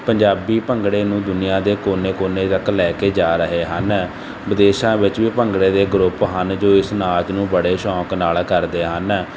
ਪੰਜਾਬੀ ਭੰਗੜੇ ਨੂੰ ਦੁਨੀਆਂ ਦੇ ਕੋਨੇ ਕੋਨੇ ਤੱਕ ਲੈ ਕੇ ਜਾ ਰਹੇ ਹਨ ਵਿਦੇਸ਼ਾਂ ਵਿੱਚ ਵੀ ਭੰਗੜੇ ਦੇ ਗਰੁੱਪ ਹਨ ਜੋ ਇਸ ਨਾਚ ਨੂੰ ਬੜੇ ਸ਼ੌਂਕ ਨਾਲ ਕਰਦੇ ਹਨ